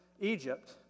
Egypt